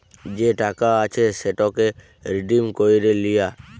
যে টাকা আছে সেটকে রিডিম ক্যইরে লিয়া